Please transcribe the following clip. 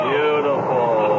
Beautiful